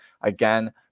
again